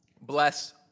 bless